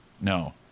no